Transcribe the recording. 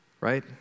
right